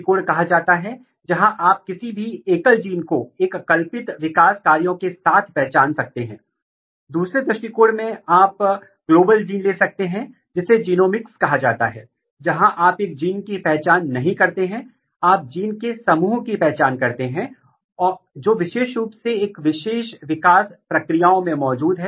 दो तरह के जीन हो सकते हैं पहला जीन जिसको आपका ट्रांसक्रिप्शन कारक सीधे तौर पर रेगुलेट कर रहा है यह फिजिकली प्रमोटर के साथ अथवा आपके जीन के CIS रेगुलेटरी तत्व के साथ बंध रहा है और अपने स्वभाव के अनुसार एक्सप्रेशन को सक्रिय अथवा निष्क्रिय कर रहा है